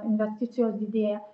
investicijos didėja